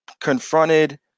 confronted